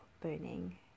burning